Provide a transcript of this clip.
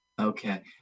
Okay